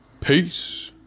peace